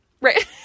Right